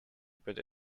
but